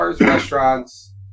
restaurants